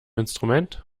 instrument